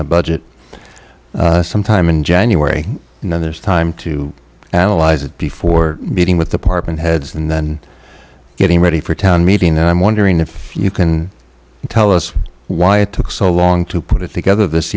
a budget sometime in january and then there's time to analyze it before meeting with department heads and then getting ready for a town meeting and i'm wondering if you can tell us why it took so long to put it together this